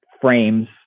frames